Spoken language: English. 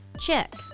Check